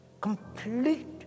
complete